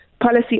policy